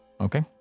Okay